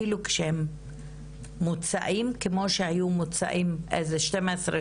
אפילו שהם מוצעים כמו שהם היו מוצעים איזה שתיים עשרה